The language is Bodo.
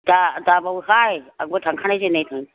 दा दाबावहाय आंबो थांखानि दिनैनो